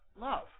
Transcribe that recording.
Love